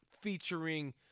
featuring